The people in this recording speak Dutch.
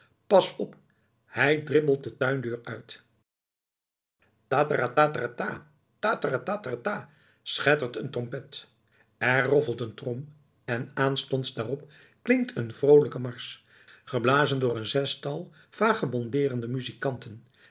pas op hij dribbelt de tuindeur uit tatateratata tateratatata schettert uit een trompet er roffelt een trom en aanstonds daarop klinkt een vroolijke marsch geblazen door een zestal vagebondeerende muzikanten